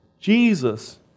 Jesus